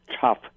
tough